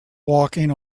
walking